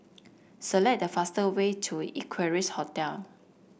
select the fast way to Equarius Hotel